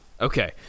Okay